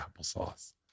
applesauce